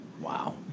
Wow